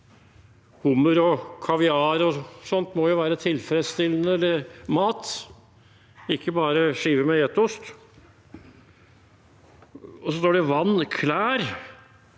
Hummer og kaviar og sånt må jo være tilfredsstillende mat, ikke bare en skive med geitost. Og så står det «vann»